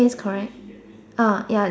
is correct uh ya